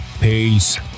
Peace